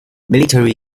military